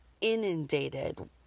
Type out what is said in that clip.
inundated